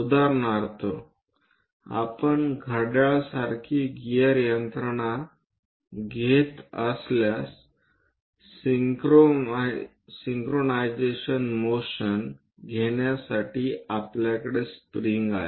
उदाहरणार्थ आपण घड्याळासारखी गिअर यंत्रणा घेत असल्यास सिंक्रोनाइझेशन मोशन घेण्यासाठी आपल्याकडे स्प्रिंग आहे